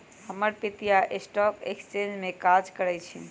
हमर पितिया stock exchange में काज करइ छिन्ह